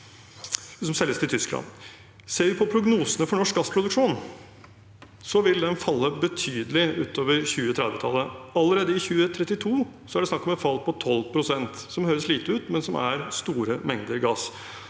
Ser vi på prognosene for norsk gassproduksjon, vil den falle betydelig utover 2030-tallet. Allerede i 2032 er det snakk om et fall på 12 pst., som høres lite ut, men som er store mengder gass.